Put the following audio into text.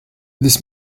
this